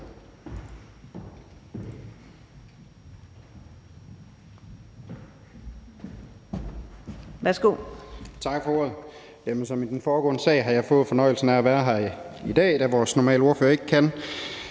Tak for ordet. Ligesom i den foregående sag har jeg fået fornøjelsen af at være her i dag, da vores sædvanlige ordfører ikke kan